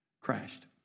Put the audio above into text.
crashed